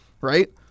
right